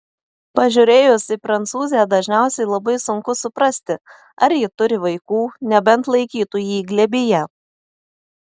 pažiūrėjus į prancūzę dažniausiai labai sunku suprasti ar ji turi vaikų nebent laikytų jį glėbyje